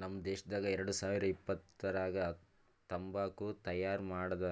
ನಮ್ ದೇಶದಾಗ್ ಎರಡು ಸಾವಿರ ಇಪ್ಪತ್ತರಾಗ ತಂಬಾಕು ತೈಯಾರ್ ಮಾಡದ್